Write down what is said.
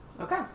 Okay